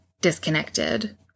disconnected